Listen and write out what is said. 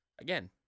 again